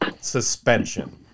suspension